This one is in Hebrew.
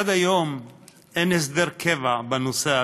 עד היום אין הסדר קבע בנושא הזה,